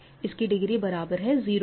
इसकी डिग्री बराबर है 0 के